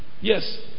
Yes